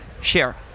Share